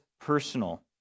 personal